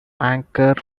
anchor